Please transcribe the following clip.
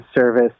service